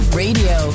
radio